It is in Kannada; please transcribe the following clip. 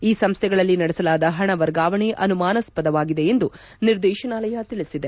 ಈ ಸಂಸ್ಥೆಗಳಲ್ಲಿ ನಡೆಸಲಾದ ಹಣ ವರ್ಗಾವಣೆ ಅನುಮಾನಾಸ್ವದವಾಗಿದೆ ಎಂದು ನಿರ್ದೇಶನಾಲಯ ತಿಳಿಸಿದೆ